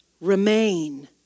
Remain